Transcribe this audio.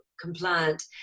compliant